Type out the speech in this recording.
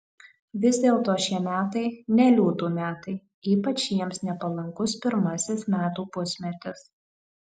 vis dėlto šie metai ne liūtų metai ypač jiems nepalankus pirmasis metų pusmetis